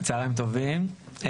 צוהריים טובים,